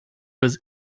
was